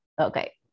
Okay